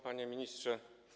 Panie Ministrze!